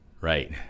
Right